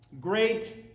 great